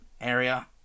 area